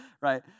right